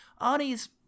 Arnie's